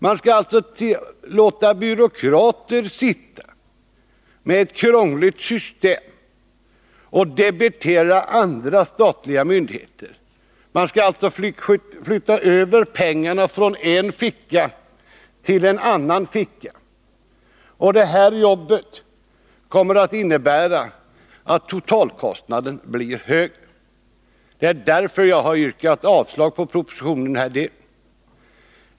Man skall låta byråkrater sitta med ett krångligt system och debitera andra statliga myndigheter. Man skall alltså flytta över pengarna från en ficka till en annan, och det jobbet kommer att medföra att totalkostnaden blir högre. Därför har jag yrkat avslag på propositionen i den här delen.